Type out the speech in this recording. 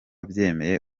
abyemeye